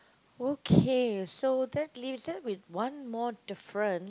okay so that leaves that with one more different